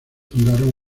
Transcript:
fundaron